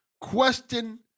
Question